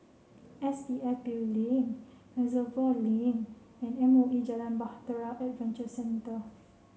S P F Building Reservoir Link and M O E Jalan Bahtera Adventure Centre